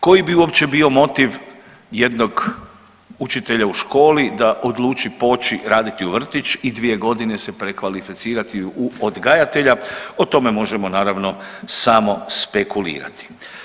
Koji bi uopće bio motiv jednog učitelja u školi da odluči poći raditi u vrtić i dvije godine se prekvalificirati u odgajatelja o tome možemo naravno samo spekulirati.